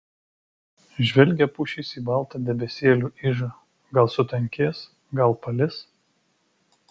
žvelgia pušys į baltą debesėlių ižą gal sutankės gal palis